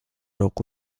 roku